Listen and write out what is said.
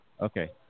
Okay